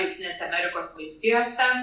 jungtinėse amerikos valstijose